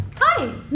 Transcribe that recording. Hi